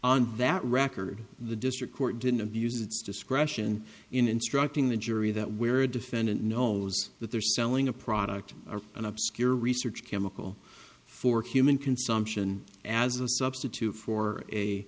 on that record the district court didn't abuse its discretion in instructing the jury that where a defendant knows that they're selling a product or an obscure research chemical for human consumption as a substitute for